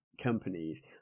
companies